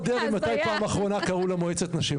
תשאל את יפה דרעי מתי בפעם האחרונה קראו לה למועצת נשים.